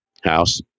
house